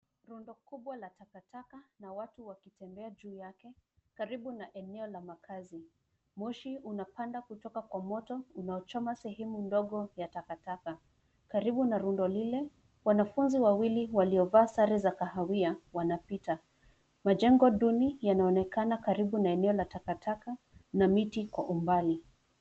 Rondo kubwa la takataka na watu wakitembea juu yake, karibu na eneo la makazi. Moshi unapanda kutoka kwa moto, unaochoma sehemu ndogo ya takataka. Karibu na rundo lile, wanafunzi wawili waliovaa sare za kahawia, wanapita. Majengo duni, yanaonekana karibu na eneo la takataka, na miti kwa umbali.